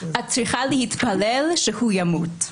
שהיא צריכה להתפלל שהוא ימות,